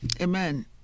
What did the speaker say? Amen